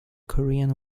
korean